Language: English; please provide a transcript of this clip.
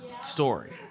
story